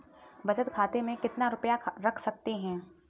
बचत खाते में कितना रुपया रख सकते हैं?